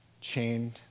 chained